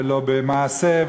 ולא במעשה,